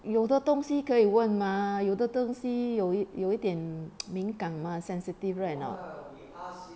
有的东西可以问吗有的东西有有一点敏感 mah sensitive right or not